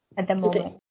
at the moment